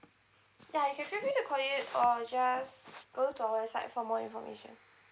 ya you can feel free to call in or just go to our website for more information